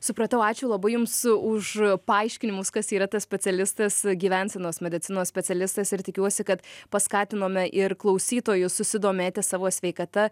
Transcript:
supratau ačiū labai jums už paaiškinimus kas yra tas specialistas gyvensenos medicinos specialistas ir tikiuosi kad paskatinome ir klausytojus susidomėti savo sveikata